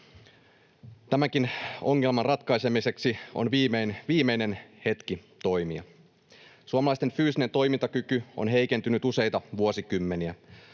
Tämänkin ongelman ratkaisemiseksi on viimeinen hetki toimia. Suomalaisten fyysinen toimintakyky on heikentynyt useita vuosikymmeniä.